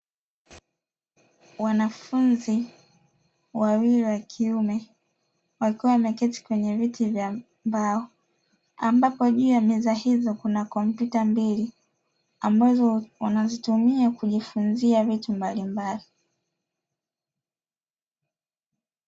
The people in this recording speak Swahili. Mimea yenye rangi ya kijana iliopandwa kwenye vyombo vya plasiki mfumo huo wa aina ya hydropoliki ni mfumo wa kisasa ambao hautumii udongo bali mimema utumai maji yanayo changanywa na madini maalumu ili kuwezezesha mimea hiyo kukuwa na kustawi vizuri